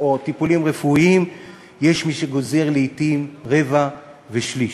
טיפולים רפואיים יש מי שגוזר לעתים רבע ושליש.